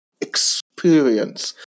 experience